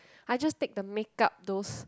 I just take the makeup those